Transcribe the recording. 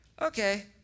okay